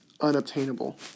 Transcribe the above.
unobtainable